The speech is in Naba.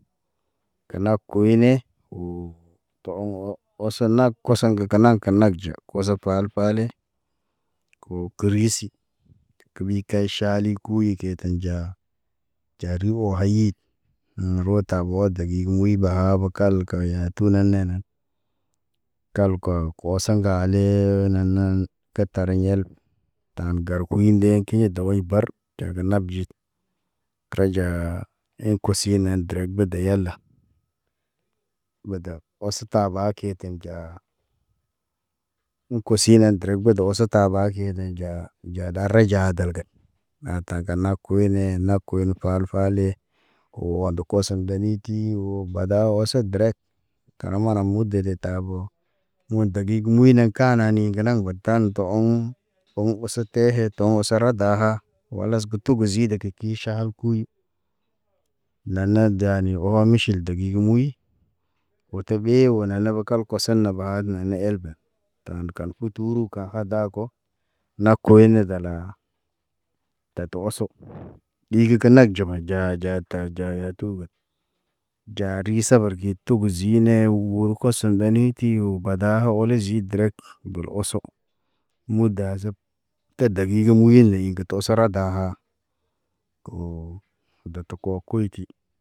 Kena kuy ne o tɔŋɔ ɔsɔ na koso ŋge kenag kenag ja, koso pale o kirisi. Kubiy kay ʃale kuy ke ten ja. Ja ri wayid, rota wa dagig gə muy ɓa kalka ya tu nene nen. Kalko wasa ŋgale nanen ke tare yel, tan gargo. Wuy ndḛ ke daway bar ja ge najid, dray ja, ḛ kosi yenen drek bede yala. Bəde ɔs taaba keten ja, kosi nen drek bed ɔs tabaa ke, yeden ja, ja dare ja delke. Na ta ga na kuyne, na kuy fal- fale, o a̰de kosen danit. Ki o bada ɔse drek kana mude de tabo, mu dagig muyne kana ni genaŋ tan tə, ɔŋ oso te. Te he tɔŋ os ra daha, walas ke tugu ziad ke kiʃal ku. Kuy, lana dani ɔhɔ miʃil dagig gə muy, oto ɓe o ne lab kal kɔsen na ba ad nelel elbe. Tan kan utu ruka ha dako, na koy ne dala, tato ɔse, ɗigi kenag juma ja- ja yatu gen ja ri sabar ge togo zi ne u wol kɔsen danit ti o bada ha wɔl zi derek. Be ɔsɔ muɗa zep ke dagig ge muyil ne ke tɔ sara daha, oo, dat kwa kwɔti